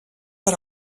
per